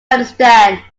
understand